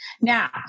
now